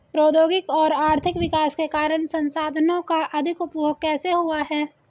प्रौद्योगिक और आर्थिक विकास के कारण संसाधानों का अधिक उपभोग कैसे हुआ है?